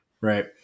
right